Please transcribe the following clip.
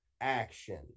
action